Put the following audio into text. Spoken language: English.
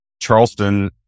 Charleston